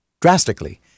drastically